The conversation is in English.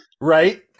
Right